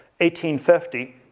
1850